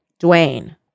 dwayne